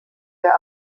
der